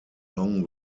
long